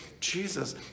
Jesus